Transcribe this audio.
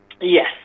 Yes